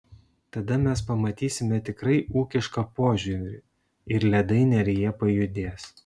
tada mes pamatysime tikrai ūkišką požiūrį ir ledai neryje pajudės